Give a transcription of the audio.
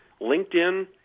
LinkedIn